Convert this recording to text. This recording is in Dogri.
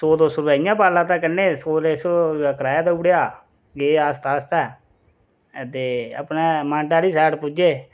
सौ दो सौ रपेआ इ'यां पाई लैता कन्नै सौ डेढ सौ रपेआ कराया देउड़ेआ गे आस्ता आस्ता ते अपनै मांडै आह्ली साइड पुज्जे